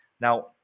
now